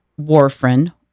warfarin